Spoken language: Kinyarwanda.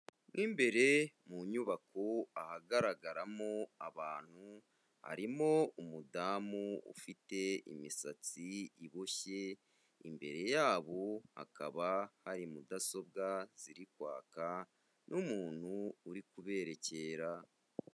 Mo imbere mu nyubako ahagaragaramo abantu, harimo umudamu ufite imisatsi iboshye, imbere yabo hakaba hari mudasobwa ziri kwaka n'umuntu uri kuberekera.